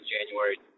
January